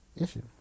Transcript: issue